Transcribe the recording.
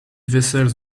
vessels